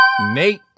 Nate